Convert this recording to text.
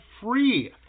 free